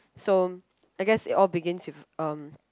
so I guess it all begins with um